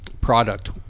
Product